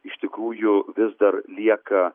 iš tikrųjų vis dar lieka